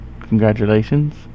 congratulations